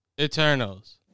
Eternals